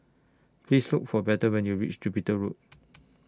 Please Look For Bethel when YOU REACH Jupiter Road